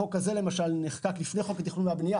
למשל, החוק הזה נחקק לפני חוק התכנון והבנייה